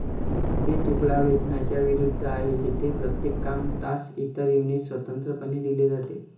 हे तुकडा वेतनाच्या विरुद्ध आहे, जेथे प्रत्येक काम, तास, इतर युनिट स्वतंत्रपणे दिले जाते